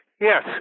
Yes